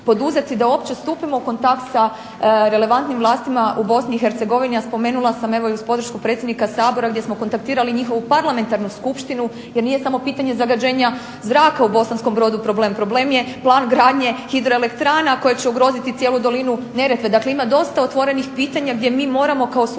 da uopće stupimo u kontakt sa relevantnim vlastima u BiH. A spomenula sam, evo i uz podršku predsjednika Sabora, gdje smo kontaktirali njihovu parlamentarnu skupštinu jer nije samo pitanje zagađenja zraka u Bosanskom Brodu problem, problem je plan gradnje hidroelektrana koje će ugroziti cijelu dolinu Neretve. Dakle, ima dosta otvorenih pitanja gdje mi moramo kao susjedi